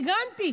הגנתי.